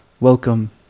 Welcome